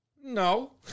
No